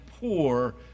poor